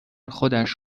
خودش